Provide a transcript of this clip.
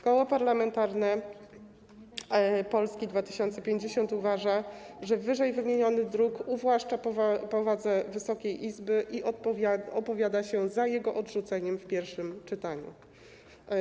Koło Parlamentarne Polska 2050 uważa, że wyżej wymieniony druk uwłacza powadze Wysokiej Izby i opowiada się za jego odrzuceniem w pierwszym czytaniu.